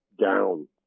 down